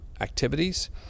activities